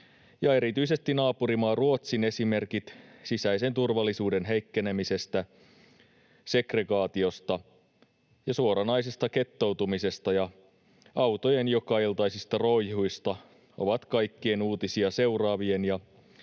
ja erityisesti naapurimaa Ruotsin esimerkit sisäisen turvallisuuden heikkenemisestä, segregaatiosta ja suoranaisesta gettoutumisesta ja autojen jokailtaisista roihuista ovat kaikkien uutisia seuraavien ja